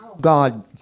God